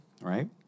right